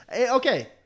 Okay